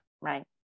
Right